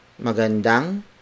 Magandang